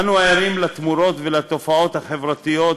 אנו ערים לתמורות ולתופעות החברתיות,